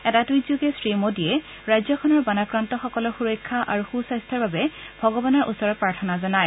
এটা টুইটযোগে শ্ৰী মোদীয়ে ৰাজ্যখনৰ বানাক্ৰান্তসকলৰ সূৰক্ষা আৰু সুস্বাস্থ্যৰ বাবে ভগৱানৰ ওচৰত প্ৰাৰ্থনা জনায়